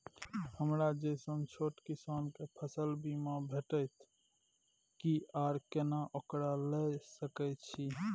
हमरा जैसन छोट किसान के फसल बीमा भेटत कि आर केना ओकरा लैय सकैय छि?